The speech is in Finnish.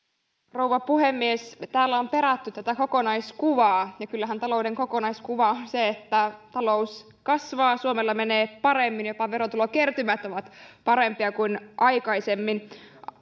rouva puhemies täällä on perätty kokonaiskuvaa ja kyllähän talouden kokonaiskuva on se että talous kasvaa suomella menee paremmin jopa verotulokertymät ovat parempia kuin aikaisemmin